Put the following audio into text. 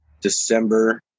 December